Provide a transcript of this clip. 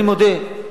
אני מודה,